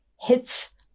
hits